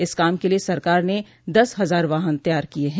इस काम के लिए सरकार ने दस हजार वाहन तैयार किए हैं